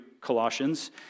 Colossians